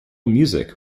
music